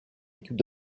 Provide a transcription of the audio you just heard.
équipe